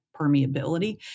permeability